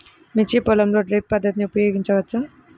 మిర్చి పొలంలో డ్రిప్ పద్ధతిని ఉపయోగించవచ్చా?